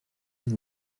and